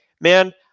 man